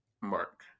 mark